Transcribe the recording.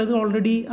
already